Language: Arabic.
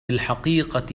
الحقيقة